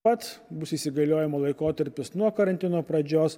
pats bus įsigaliojimo laikotarpis nuo karantino pradžios